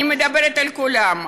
אני מדברת על כולם,